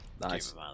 Nice